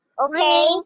okay